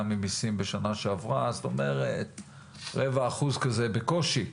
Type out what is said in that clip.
ממיסים בשנה שעברה כלומר רבע אחוז בקושי.